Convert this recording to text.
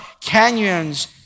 canyons